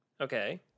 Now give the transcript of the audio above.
Okay